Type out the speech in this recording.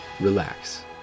relax